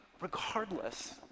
regardless